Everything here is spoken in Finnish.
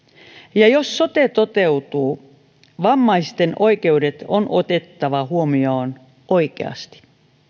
ja jos sote toteutuu vammaisten oikeudet on otettava huomioon oikeasti